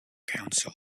council